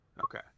Okay